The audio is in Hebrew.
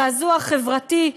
זעזוע חברתי,